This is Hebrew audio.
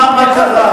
מה קרה?